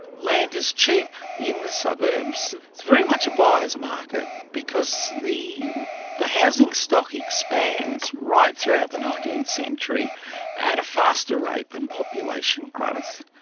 land is cheap in the suburbs. it's very much a buyer's market because the the housing stock expands right throughout the nineteenth century at a faster rate than population growth,